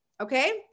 Okay